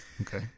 Okay